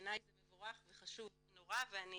ובעיני זה מבורך וחשוב נורא, ואני